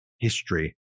history